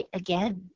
again